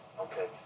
okay